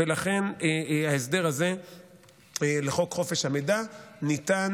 ולכן ההסדר הזה לחוק חופש המידע ניתן